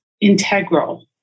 integral